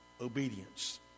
obedience